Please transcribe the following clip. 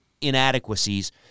inadequacies